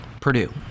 Purdue